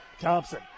Thompson